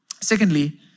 Secondly